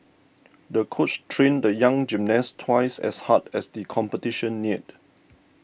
the coach trained the young gymnast twice as hard as the competition neared